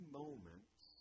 moments